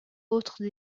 autres